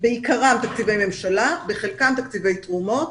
בעיקרם תקציבי ממשלה ובחלקם תקציבי תרומות.